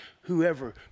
Whoever